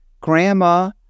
Grandma